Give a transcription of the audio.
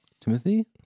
Timothy